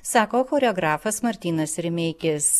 sako choreografas martynas rimeikis